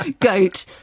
goat